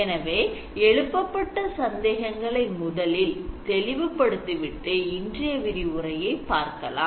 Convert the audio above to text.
எனவே எழுப்பப்பட்ட சந்தேகங்களை முதலில் தெளிவுபடுத்தி விட்டு இன்றைய விரிவுரைகளை பார்க்கலாம்